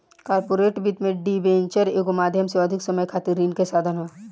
corporate वित्त में debenture एगो माध्यम से अधिक समय खातिर ऋण के साधन ह